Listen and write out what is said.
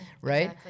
right